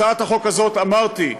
הצעת החוק הזאת, אמרתי,